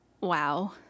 wow